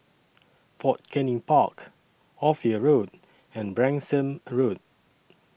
Fort Canning Park Ophir Road and Branksome Road